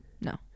No